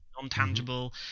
non-tangible